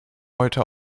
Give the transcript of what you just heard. heute